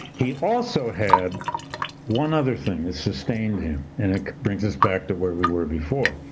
he also had one other thing that sustained him, and it brings us back to where we were before.